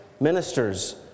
ministers